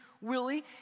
Willie